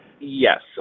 Yes